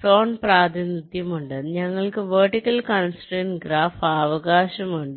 zone പ്രാതിനിധ്യമുണ്ട് ഞങ്ങൾക്ക് vertical constraint graph അവകാശമുണ്ട്